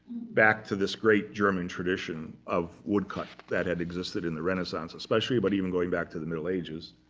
back to this great german tradition of woodcut that had existed in the renaissance especially, but even going back to the middle ages.